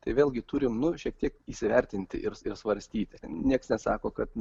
tai vėlgi turime šiek tiek įsivertinti ir svarstyti niekas nesako kad